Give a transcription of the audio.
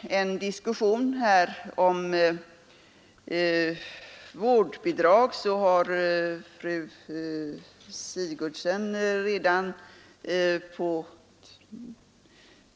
I diskussionen om vårdnadsbidrag har fru Sigurdsen redan på